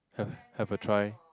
have have a try